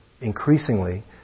increasingly